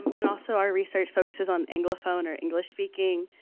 and also our research focuses on anglophone or english speaking